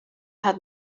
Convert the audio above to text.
had